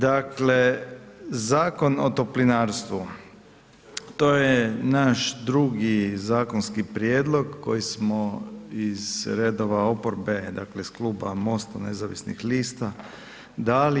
Dakle Zakon o toplinarstvu, to je naš drugi zakonski prijedlog koji smo iz redova oporbe, dakle iz Kluba MOST-a nezavisnih lista dali.